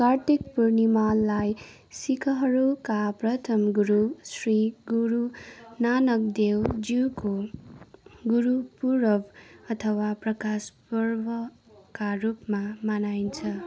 कार्तिक पूर्णिमालाई सिखहरूका प्रथम गुरु श्री गुरु नानक देव जीको गुरूपुरब अथवा प्रकाश पर्वका रूपमा मनाइन्छ